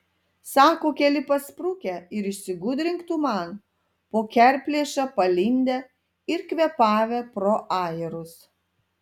sako keli pasprukę ir išsigudrink tu man po kerplėša palindę ir kvėpavę pro ajerus